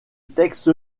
texte